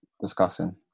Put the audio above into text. discussing